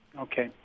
Okay